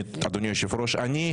אני,